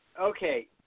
Okay